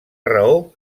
raó